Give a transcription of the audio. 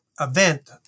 event